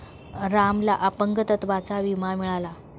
रामला अपंगत्वाचा विमा मिळाला